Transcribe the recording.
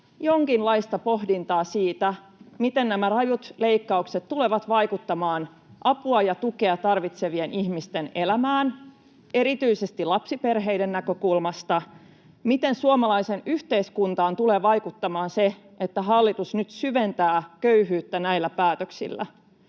jonkinlaista pohdintaa siitä, miten nämä rajut leikkaukset tulevat vaikuttamaan apua ja tukea tarvitsevien ihmisten elämään erityisesti lapsiperheiden näkökulmasta, miten suomalaiseen yhteiskuntaan tulee vaikuttamaan se, että hallitus nyt syventää köyhyyttä näillä päätöksillä.